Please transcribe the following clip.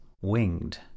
winged